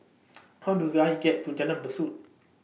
How Do I get to Jalan Besut